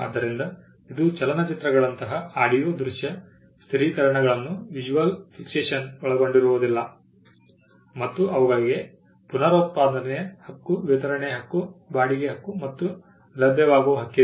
ಆದ್ದರಿಂದ ಇದು ಚಲನಚಿತ್ರಗಳಂತಹ ಆಡಿಯೊ ದೃಶ್ಯ ಸ್ಥಿರೀಕರಣಗಳನ್ನು ಒಳಗೊಂಡಿರುವುದಿಲ್ಲ ಮತ್ತು ಅವುಗಳಿಗೆ ಪುನರುತ್ಪಾದನೆಯ ಹಕ್ಕು ವಿತರಣೆಯ ಹಕ್ಕು ಬಾಡಿಗೆ ಹಕ್ಕು ಮತ್ತು ಲಭ್ಯವಾಗುವ ಹಕ್ಕಿದೆ